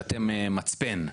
שאתם מצפן.